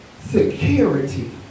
security